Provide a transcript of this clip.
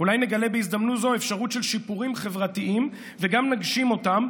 אולי נגלה בהזדמנות זו אפשרות של שיפורים חברתיים וגם נגשים אותם,